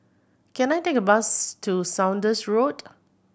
can I take a bus to Saunders Road